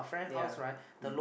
ya mm